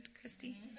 Christy